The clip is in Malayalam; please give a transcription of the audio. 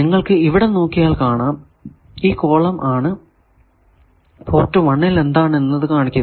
നിങ്ങൾക്കു ഇവിടെ നോക്കിയാൽ കാണാം ഈ കോളം ആണ് പോർട്ട് 1 ൽ എന്താണ് എന്ന് കാണിക്കുന്നത്